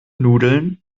nudeln